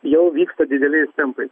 jau vyksta dideliais tempais